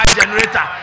generator